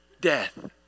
death